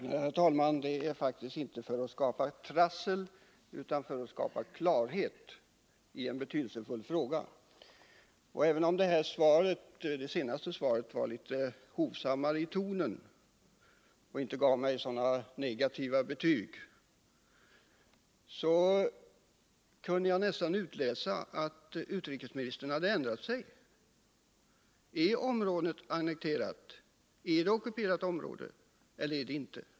Herr talman! Det är faktiskt inte för att skapa trassel utan för att få klarhet i en betydelsefull fråga som jag har tagit upp den här saken. Utrikesministerns senaste inlägg var litet hovsammare i tonen och innehöll inte så negativa betyg, och jag kunde nästan utläsa att han hade ändrat sig. Är området ockuperat eller inte?